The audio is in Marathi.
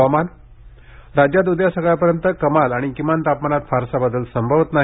हवामान राज्यात उद्या सकाळपर्यंत कमाल आणि किमान तापमानात फारसा बदल संभवत नाही